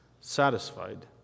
satisfied